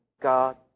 God